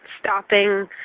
stopping